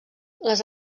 les